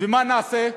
ומה נעשה,